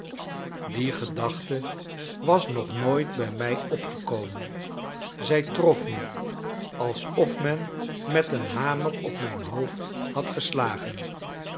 die gedachte was nog nooit bij mij opgekomen zij trof me alsof men met een hamer op mijn hoofd had geslagen